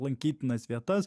lankytinas vietas